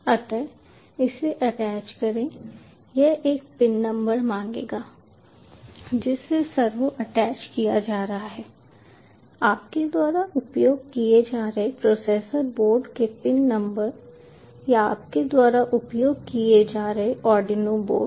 अतः इसे अटैच करें यह एक पिन नंबर मांगेगा जिससे सर्वो अटैच किया जा रहा है आपके द्वारा उपयोग किए जा रहे प्रोसेसर बोर्ड के पिन नंबर या आपके द्वारा उपयोग किए जा रहे आर्डिनो बोर्ड